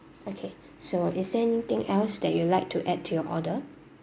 okay so is there anything else that you would like to add to your order